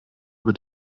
über